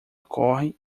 corre